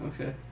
okay